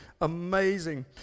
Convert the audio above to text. amazing